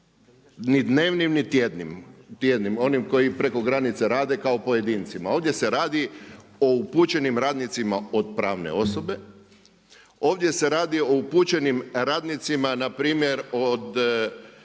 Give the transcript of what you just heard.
ni dnevnim, ni tjednim, onim koji preko granice rade kao pojedincima. Ovdje se radi o upućenim radnicima od pravne osobe. Ovdje se radi o upućenim radnicima na primjer od